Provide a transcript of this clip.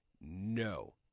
no